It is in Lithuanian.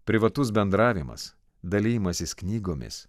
privatus bendravimas dalijimasis knygomis